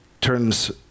turns